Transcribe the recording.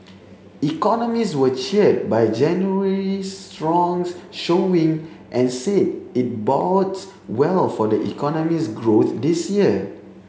economists were cheered by January's strong showing and said it bodes well for the economy's growth this year